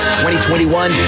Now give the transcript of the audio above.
2021